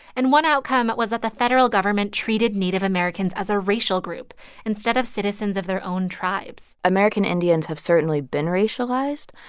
and one outcome was that the federal government treated native americans as a racial group instead of citizens of their own tribes american indians have certainly been racialized.